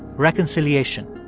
reconciliation.